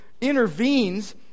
intervenes